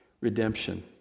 redemption